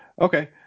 Okay